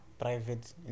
private